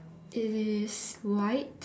it is white